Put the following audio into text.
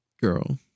girl